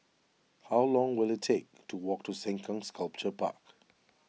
how long will it take to walk to Sengkang Sculpture Park